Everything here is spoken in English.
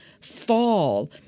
fall